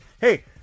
Hey